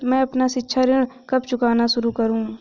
मैं अपना शिक्षा ऋण कब चुकाना शुरू करूँ?